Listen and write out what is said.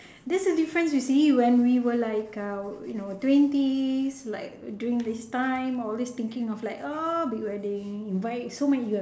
this's the difference you see when we were like uh you know twenties like during this time always thinking of like uh big wedding invite so many